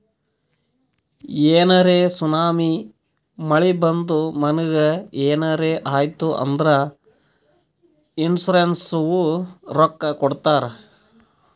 ಏನರೇ ಸುನಾಮಿ, ಮಳಿ ಬಂದು ಮನಿಗ್ ಏನರೇ ಆಯ್ತ್ ಅಂದುರ್ ಇನ್ಸೂರೆನ್ಸನವ್ರು ರೊಕ್ಕಾ ಕೊಡ್ತಾರ್